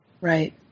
Right